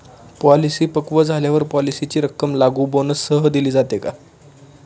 Policy पक्व झाल्यावर पॉलिसीची रक्कम लागू बोनससह दिली जाते का?